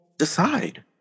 decide